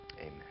Amen